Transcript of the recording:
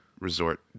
resort